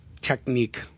technique